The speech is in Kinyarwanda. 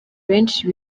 benshi